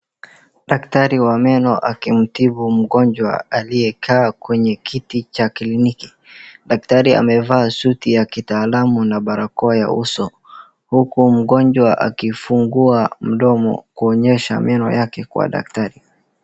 Daktari wa meno akimtibu mgonjwa aliyekaa kwenye kiti cha kliniki. Daktari amevaa suti ya kitaalamu na barakoa ya uso huku mgonjwa akifungua mdomo kuonyesha meno yake kwa dakatari.